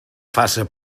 faça